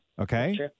Okay